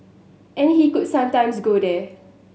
and he could sometimes go there